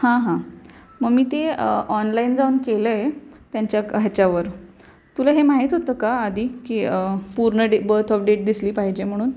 हां हां मग मी ते ऑनलाईन जाऊन केलं आहे त्यांच्या ह्याच्यावर तुला हे माहीत होतं का आधी की पूर्ण डे बथ ऑफ डेट दिसली पाहिजे म्हणून